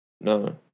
No